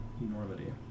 enormity